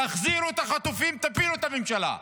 תחזירו את החטופים ותפילו את הממשלה,